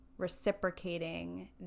reciprocating